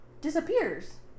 disappears